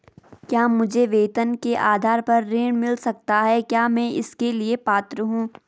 क्या मुझे वेतन के आधार पर ऋण मिल सकता है क्या मैं इसके लिए पात्र हूँ?